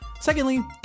secondly